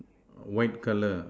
white colour